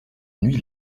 nuit